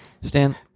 Stan